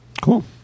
cool